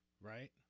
right